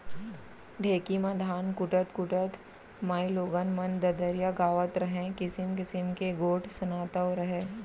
ढेंकी म धान कूटत कूटत माइलोगन मन ददरिया गावत रहयँ, किसिम किसिम के गोठ सुनातव रहयँ